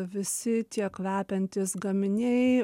visi tie kvepiantys gaminiai